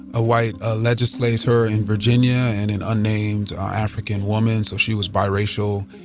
a white ah legislator in virg inia and an unnamed african woman, so she was b iracial.